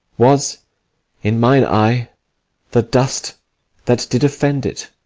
was in mine eye the dust that did offend it.